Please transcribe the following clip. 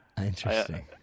Interesting